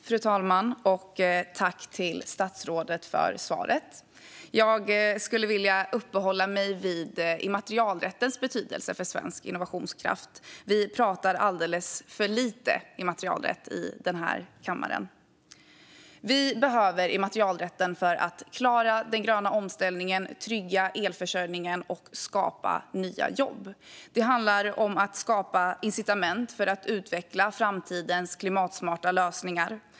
Fru talman! Tack till statsrådet för svaret. Jag skulle vilja uppehålla mig vid immaterialrättens betydelse för svensk innovationskraft. Vi pratar alldeles för lite immaterialrätt i den här kammaren. Vi behöver immaterialrätten för att klara den gröna omställningen, trygga elförsörjningen och skapa nya jobb. Det handlar om att skapa incitament för att utveckla framtidens klimatsmarta lösningar.